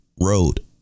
Road